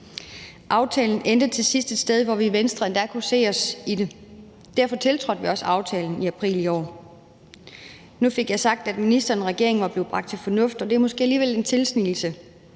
Aftalen endte til sidst et sted, hvor vi i Venstre endda kunne se os i det, og derfor tiltrådte vi også aftalen i april i år. Nu fik jeg sagt, at ministeren og regeringen var blevet bragt til fornuft, og det er måske alligevel en tilsnigelse.